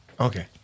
Okay